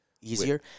easier